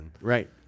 Right